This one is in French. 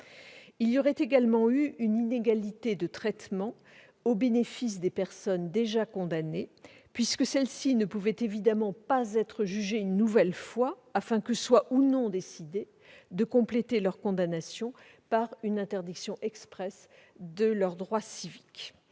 Il y aurait également eu une inégalité de traitement au bénéfice des personnes déjà condamnées, puisque celles-ci ne pouvaient évidemment pas être jugées une nouvelle fois, afin que soit ou non décidé de compléter leur peine par une interdiction expresse de leurs droits civiques.